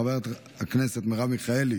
חברת הכנסת מרב מיכאלי,